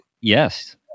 Yes